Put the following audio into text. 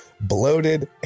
bloated